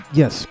yes